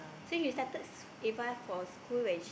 so you started with us for school when she